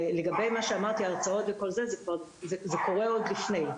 לגבי מה שאמרתי, ההרצאות וכל זה, זה קרה עוד לפני,